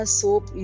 soap